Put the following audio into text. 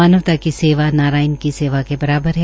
मानवता की सेवा नारायण की सेवा के बराबर है